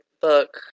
book